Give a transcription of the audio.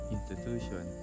Institution